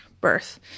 birth